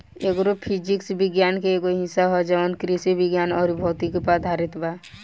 agro physics विज्ञान के एगो हिस्सा ह जवन कृषि विज्ञान अउर भौतिकी पर आधारित बा